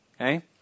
Okay